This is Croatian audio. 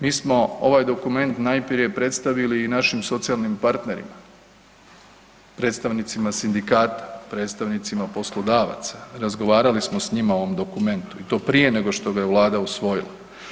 Mi smo ovaj dokument najprije predstavili i našim socijalnim partnerima, predstavnicima sindikata, predstavnicima poslodavaca, razgovarali smo s njima o ovom dokumentu i to prije nego što ga je Vlada usvojila.